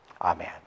Amen